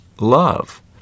love